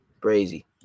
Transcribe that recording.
Crazy